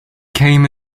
came